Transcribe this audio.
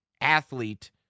athlete